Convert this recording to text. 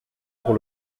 pour